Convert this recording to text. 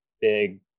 big